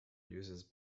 uses